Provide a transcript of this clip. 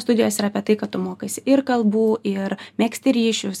studijos yra apie tai kad tu mokaisi ir kalbų ir megzti ryšius